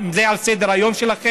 האם זה על סדר-היום שלכם,